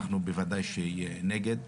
אנחנו בוודאי נגד.